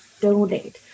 donate